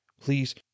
Please